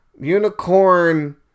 unicorn